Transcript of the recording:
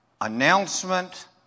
announcement